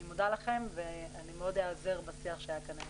אני מודה לכם ואני מאוד איעזר בשיח שהיה כאן היום.